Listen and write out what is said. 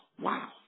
Wow